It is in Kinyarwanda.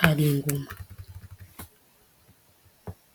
hari ingoma.